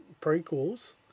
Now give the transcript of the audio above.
prequels